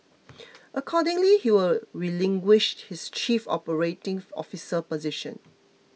accordingly he will relinquish his chief operating officer position